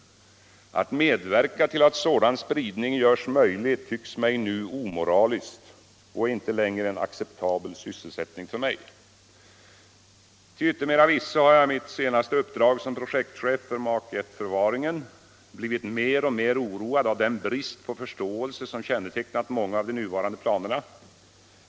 Att medverka till att sådan spridning görs möjlig tycks mig nu omoraliskt och är inte längre en acceptabel sysselsättning för mig. Till yttermera visso har jag i mitt senaste uppdrag som projektchef för Mark I-förvaringen blivit mer och mer oroad av den brist på förståelse som kännetecknat många av de nuvarande planerna.